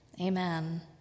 Amen